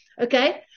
Okay